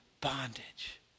bondage